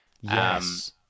Yes